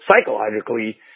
psychologically